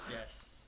Yes